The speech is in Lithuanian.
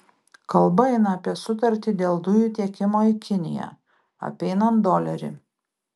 kalba eina apie sutartį dėl dujų tiekimo į kiniją apeinant dolerį